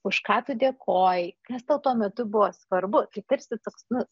už ką tu dėkojai kas tau tuo metu buvo svarbu tai tarsi toks nu